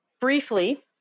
Briefly